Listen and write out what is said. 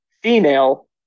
female